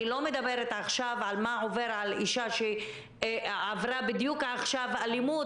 אני לא מדברת עכשיו מה עובר על אישה שעברה בדיוק עכשיו אלימות,